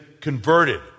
converted